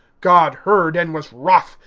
god heard, and was wroth.